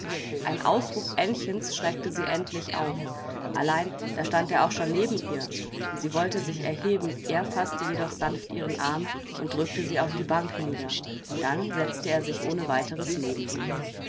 ein ausruf aennchens schreckte sie endlich auf allein da stand er auch schon neben ihr sie wollte sich erheben er faßte jedoch sanft ihren arm und drückte sie auf die bank nieder dann setzte er sich ohne weiteres neben sie